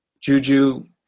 Juju